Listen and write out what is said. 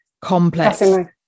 complex